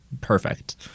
perfect